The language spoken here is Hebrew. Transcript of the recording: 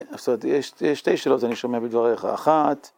זאת אומרת, יש שתי שאלות, ‫אני שומע בדבריך. אחת...